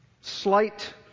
slight